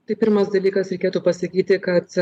tai pirmas dalykas reikėtų pasakyti kad